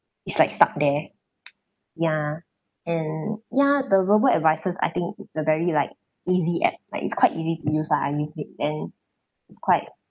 it's like stuck there ya and ya the robo advisers I think it's a very like easy app like it's quite easy to use ah I'm using it and it's quite